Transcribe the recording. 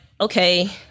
okay